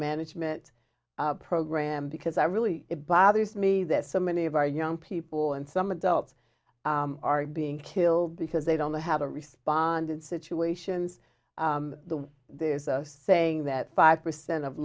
management program because i really it bothers me that so many of our young people and some adults are being killed because they don't know how to respond in situations there's us saying that five percent of